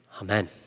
Amen